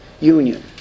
union